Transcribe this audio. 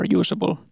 usable